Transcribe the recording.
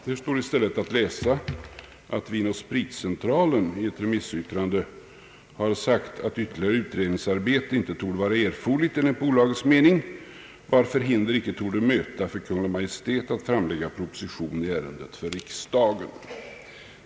Där står att läsa att Vinoch spritcentralen i ett remissyttrande anfört att ytterligare utredningsarbete enligt bolagets mening inte torde vara erforderligt, varför hinder inte torde möta för Kungl. Maj:t att framlägga proposition i ärendet för riksdagen.